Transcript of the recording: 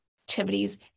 activities